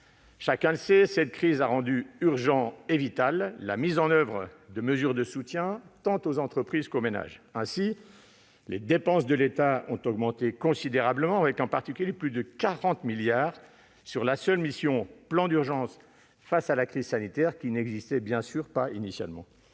Chacun le sait, cette crise a rendu urgente et vitale la mise en oeuvre de mesures de soutien, tant aux entreprises qu'aux ménages. Ainsi, les dépenses de l'État ont augmenté considérablement, avec en particulier plus de 40 milliards d'euros consacrés à la seule mission « Plan d'urgence face à la crise sanitaire » qui n'existait même pas initialement.